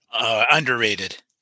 Underrated